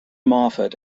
moffat